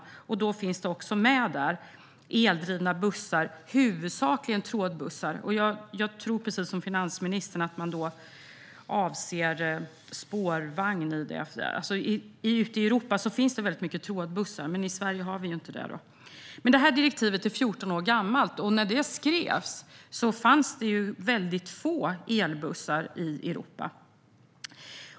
Där tas eldrivna bussar upp, huvudsakligen trådbussar. Jag tror, precis som finansministern, att man avser spårvagnar. Ute i Europa finns det mycket trådbussar. Men i Sverige har vi inte det. Detta direktiv är 14 år gammalt. När det skrevs fanns det få elbussar i Europa.